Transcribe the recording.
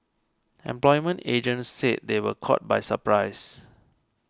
employment agents said they were caught by surprise